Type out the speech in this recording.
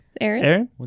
Aaron